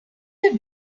have